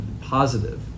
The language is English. positive